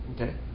Okay